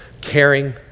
caring